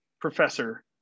Professor